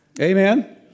Amen